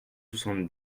soixante